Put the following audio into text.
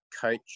coach